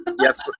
Yes